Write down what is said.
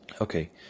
okay